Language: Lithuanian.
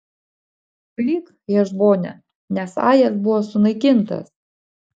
klyk hešbone nes ajas buvo sunaikintas